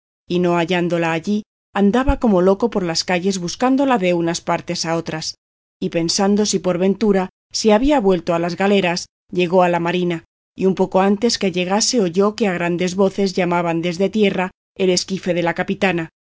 y no hallándola allí andaba como loco por las calles buscándola y de unas partes a otras y pensando si por ventura se había vuelto a las galeras llegó a la marina y un poco antes que llegase oyó que a grandes voces llamaban desde tierra el esquife de la capitana